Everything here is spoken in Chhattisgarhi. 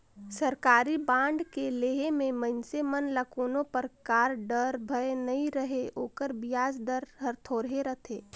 सरकारी बांड के लेहे मे मइनसे मन ल कोनो परकार डर, भय नइ रहें ओकर बियाज दर हर थोरहे रथे